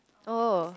oh